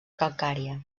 calcària